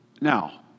Now